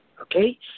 Okay